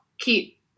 Keep